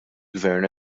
gvern